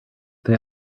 they